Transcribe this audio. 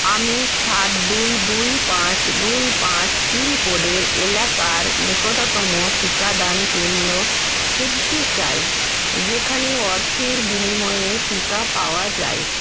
আমি সাত দুই দুই পাঁচ দুই পাঁচ পিনকোডের এলাকার নিকটতম টিকাদান কেন্দ্র খুঁজতে চাই যেখানে অর্থের বিনিময়ে টিকা পাওয়া যায়